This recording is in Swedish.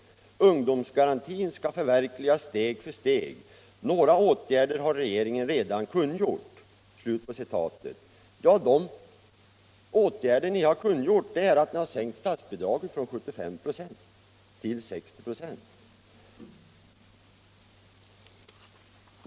Ungdomsgarantin skall förverkligas steg för steg. Några åtgärder har regeringen redan kungjort.” Ja, de åtgärder ni har kungjort är att ni har sänkt statsbidraget från 75 96 till 60 96!